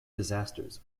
disasters